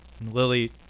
Lily